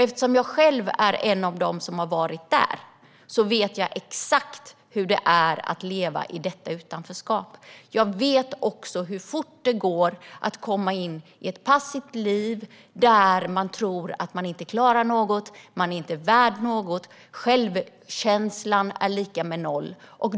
Eftersom jag själv är en av dem som har varit där vet jag exakt hur det är att leva i detta utanförskap. Jag vet också hur fort det går att komma in i ett passivt liv då man tror att man inte klarar något och att man inte är värd något. Självkänslan är lika med noll.